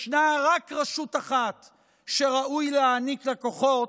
יש רק רשות אחת שראוי להעניק לה כוחות,